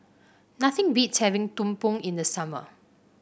nothing beats having tumpeng in the summer